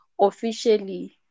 officially